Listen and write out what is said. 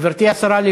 השרה?